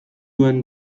duen